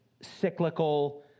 cyclical